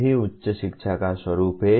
यही उच्च शिक्षा का स्वरूप है